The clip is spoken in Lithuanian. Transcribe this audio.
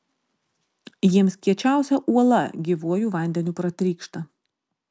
jiems kiečiausia uola gyvuoju vandeniu pratrykšta